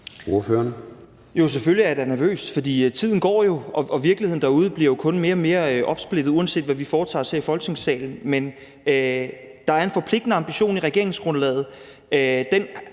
Frederik Vad (S): Selvfølgelig er jeg da nervøs, for tiden går jo, og virkeligheden derude bliver jo kun mere og mere opsplittet, uanset hvad vi foretager os her i Folketingssalen, men der er en forpligtende ambition i regeringsgrundlaget,